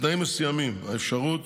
בתנאים מסוימים, האפשרות